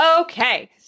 Okay